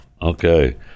Okay